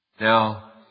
Now